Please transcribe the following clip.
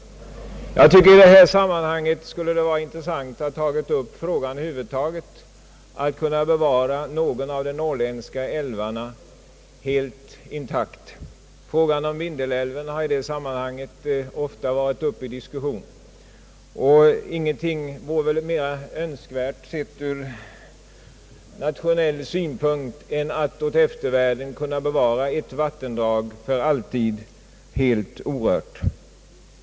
Jag tycker att det skulle ha varit intressant att ta upp frågan om att bevara någon av de norrländska älvarna helt intakt. Frågan om Vindelälven har i det sammanhanget ofta varit uppe till diskussion, och ingenting vore väl mer önskvärt, sett ur nationell synpunkt, än att åt eftervärlden för alltid kunna bevara ett vattendrag helt orört.